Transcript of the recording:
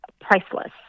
priceless